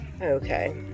Okay